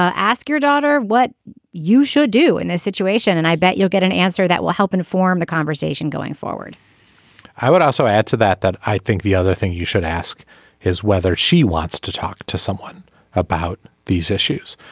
ah ask your daughter what you should do in this situation and i bet you'll get an answer that will help inform the conversation going forward i would also add to that that i think the other thing you should ask is whether she wants to talk to someone about these issues.